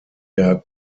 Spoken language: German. der